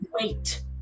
wait